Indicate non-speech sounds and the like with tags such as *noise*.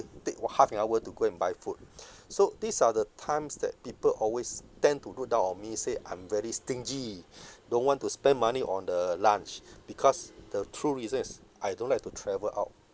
take wa~ half an hour to go and buy food *breath* so these are the times that people always tend to look down on me say I'm very stingy don't want to spend money on the lunch because the true reason is I don't like to travel out